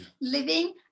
living